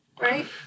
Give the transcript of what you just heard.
right